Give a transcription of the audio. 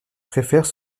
préfère